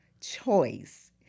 choice